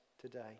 today